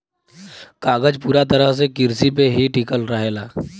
कागज पूरा तरह से किरसी पे ही टिकल रहेला